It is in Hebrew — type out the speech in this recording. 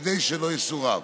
כדי שלא יסורב.